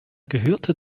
gehörte